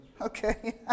Okay